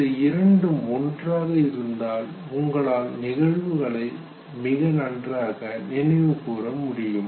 இந்த இரண்டும் ஒன்றாக இருந்தால் உங்களால் நிகழ்வுகளை மிக நன்றாக நினைவுகூர முடியும்